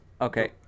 okay